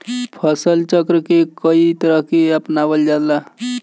फसल चक्र के कयी तरह के अपनावल जाला?